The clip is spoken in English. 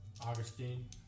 Augustine